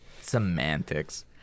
Semantics